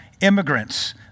immigrants